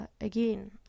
again